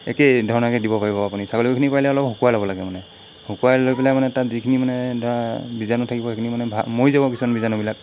একেই ধৰণকে দিব পাৰিব আপুনি ছাগলীখিনি পাৰিলে অলপ শুকুৱাই ল'ব লাগে মানে শুকাই লৈ পেলাই মানে তাত যিখিনি ধৰা বীজাণু থাকিব সেইখিনি মানে ভা মৰি যাব কিছুমান বীজাণুবিলাক